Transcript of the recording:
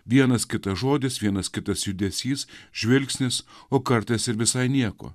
vienas kitas žodis vienas kitas judesys žvilgsnis o kartais ir visai nieko